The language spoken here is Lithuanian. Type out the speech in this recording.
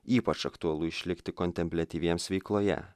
ypač aktualu išlikti kontempliatyviems veikloje